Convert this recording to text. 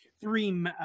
Three